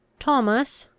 thomas,